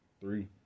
three